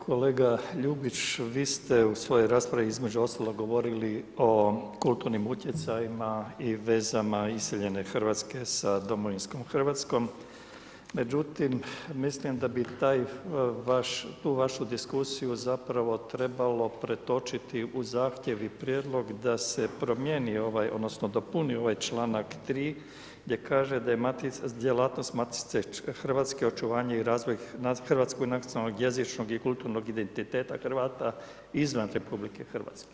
Kolega Ljubić, vi ste u svojoj raspravi između ostalog govorili o kulturnim utjecajima i vezama iseljene Hrvatske sa domovinskom Hrvatskom, međutim mislim da bi taj vaš, tu vašu diskusiju zapravo trebalo pretočiti u zahtjev i prijedlog da se promijeni ovaj, odnosno dopuni ovaj članak 3. gdje kaže da je djelatnost Matice Hrvatske očuvanje i razvoj hrvatskog nacionalnog, jezičnog i kulturnog identiteta Hrvata izvan RH.